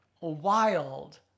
wild